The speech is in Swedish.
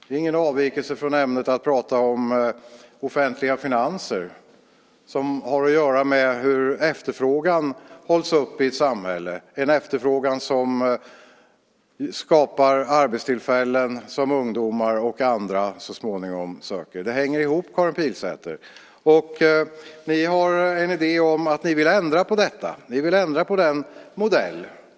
Det är ingen avvikelse från ämnet att prata om offentliga finanser. Det har att göra med hur efterfrågan hålls uppe i ett samhälle, en efterfrågan som skapar arbetstillfällen som ungdomar och andra så småningom söker. Det hänger ihop, Karin Pilsäter. Ni har en idé om att ni vill ändra på detta. Ni vill ändra på den modellen.